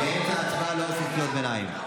באמצע הצבעה לא עושים קריאות ביניים.